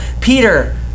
Peter